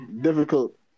difficult